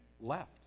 left